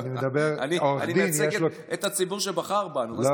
אני מייצג את הציבור שבחר בנו.